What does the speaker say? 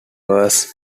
verse